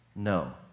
No